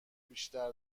بیشتر